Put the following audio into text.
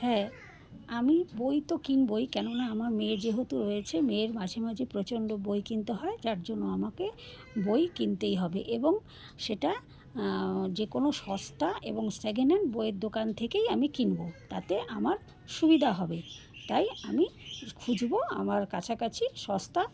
হ্যাঁ আমি বই তো কিনবই কেননা আমার মেয়ে যেহেতু রয়েছে মেয়ের মাঝে মাঝে প্রচণ্ড বই কিনতে হয় যার জন্য আমাকে বই কিনতেই হবে এবং সেটা যে কোনো সস্তা এবং সেকেন্ডহ্যান্ড বইয়ের দোকান থেকেই আমি কিনব তাতে আমার সুবিধা হবে তাই আমি খুঁজবো আমার কাছাকাছি সস্তা